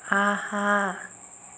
ஆஹா